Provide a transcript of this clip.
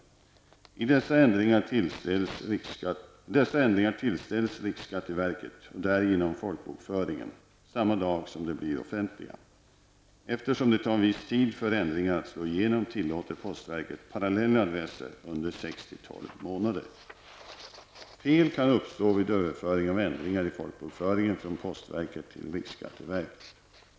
Dessa ändringar tillställs riksskatteverket, och därigenom folkbokföringen, samma dag som de blir offentliga. Eftersom det tar viss tid för ändringar att slå igenom, tillåter postverket parallella adresser under sex—tolv månader. Fel kan uppstå vid överföring av ändringar i folkbokföringen från postverket till riksskatteverket.